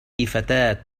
فتاة